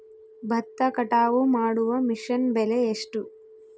ಭತ್ತ ಕಟಾವು ಮಾಡುವ ಮಿಷನ್ ಬೆಲೆ ಎಷ್ಟು?